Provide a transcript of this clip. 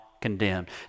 condemned